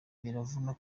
biravuna